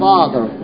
Father